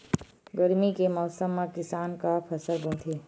गरमी के मौसम मा किसान का फसल बोथे?